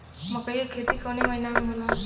मकई क खेती कवने महीना में होला?